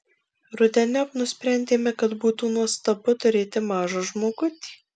rudeniop nusprendėme kad būtų nuostabu turėti mažą žmogutį